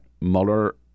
Mueller